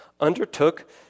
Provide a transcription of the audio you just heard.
undertook